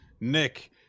Nick